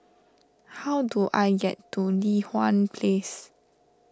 how do I get to Li Hwan Place